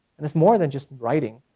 and it's more than just writing,